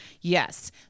yes